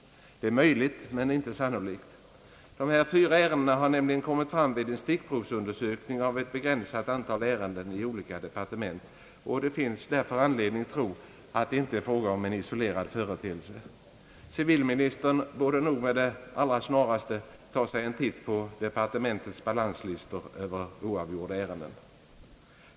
Det är möjligt, men inte sannolikt. De här fyra ärendena har nämligen kommit fram vid en stickprovsundersökning av ett begränsat antal ärenden i olika departement, och det finns därför anledning tro att det inte är fråga om någon isolerad företeelse. Civilministern borde nog med det allra snaraste ta sig en titt på departementets balanslistor över oavgjorda ärenden.